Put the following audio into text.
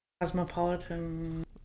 cosmopolitan